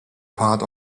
part